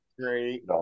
Great